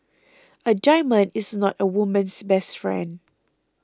a diamond is not a woman's best friend